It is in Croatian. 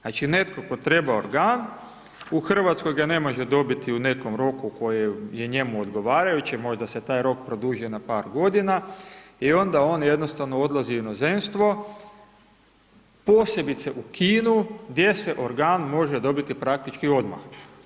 Znači, netko tko treba organ, u Hrvatskoj ga ne može dobiti u nekom roku koje je njemu odgovarajuće, možda se taj rok produžio na par godina i onda on jednostavno odlazi u inozemstvo, posebice u Kinu, gdje se organ može dobiti praktički odmah.